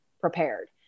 prepared